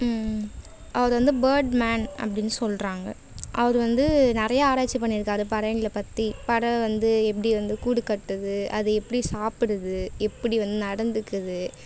அவர் வந்து bird man அப்படின்னு சொல்கிறாங்க அவர் வந்து நிறையா ஆராய்ச்சி பண்ணியிருக்காரு பறவைங்களை பற்றி பறவை வந்து எப்படி வந்து கூடு கட்டுது அது எப்படி சாப்பிடுது எப்படி வந்து நடந்துக்குது